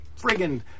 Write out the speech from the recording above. friggin